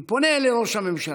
אני פונה לראש הממשלה: